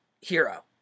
hero